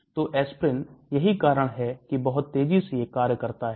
तो aspirin यही कारण है कि बहुत तेजी से कार्य करता है